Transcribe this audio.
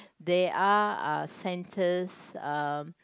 they are are centers uh